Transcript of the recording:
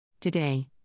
Today